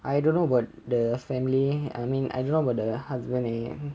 I don't know about the family I mean I don't know about the husband and